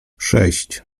sześć